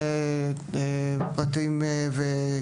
פעם.